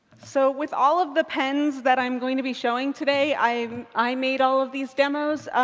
so with all of the pens that i'm going to be showing today, i um i made all of these demos.